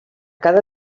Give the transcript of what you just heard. cada